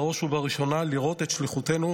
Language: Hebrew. בראש ובראשונה לראות את שליחותנו